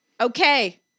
Okay